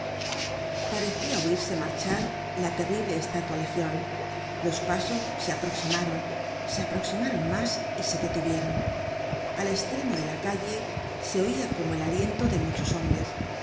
parecia oirse marchar la terrible estatua legion los pasos se aproximaron se aproximaron mas y se detuvieron al estremo de la calle se oia como el aliento de muchos hombres